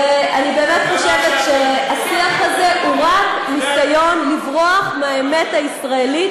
ואני באמת חושבת שהשיח הזה הוא רק ניסיון לברוח מהאמת הישראלית,